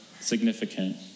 significant